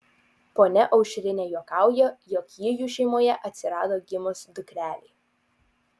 ponia aušrinė juokauja jog ji jų šeimoje atsirado gimus dukrelei